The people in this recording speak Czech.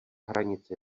hranici